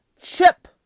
chip